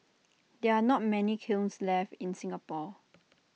there are not many kilns left in Singapore